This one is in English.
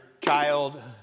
child